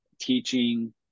teaching